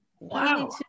wow